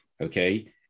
okay